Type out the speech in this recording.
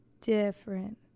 Different